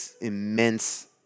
immense